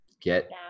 get